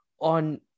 on